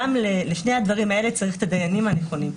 גם לשני הדברים האלה צריך את הדיינים הנכונים,